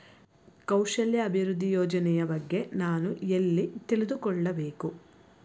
ಕೌಶಲ್ಯ ಅಭಿವೃದ್ಧಿ ಯೋಜನೆಯ ಬಗ್ಗೆ ನಾನು ಎಲ್ಲಿ ತಿಳಿದುಕೊಳ್ಳಬೇಕು?